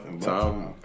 time